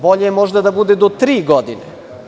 Bolje je možda da bude do tri godine.